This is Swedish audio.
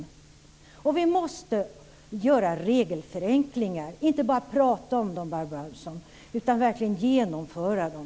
Vi måste göra regelförenklingar, inte bara tala om dem utan verkligen genomföra dem.